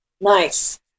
Nice